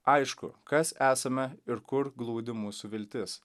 aišku kas esame ir kur glūdi mūsų viltis